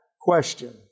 question